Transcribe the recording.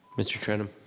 mr. trenum.